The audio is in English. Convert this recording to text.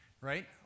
Right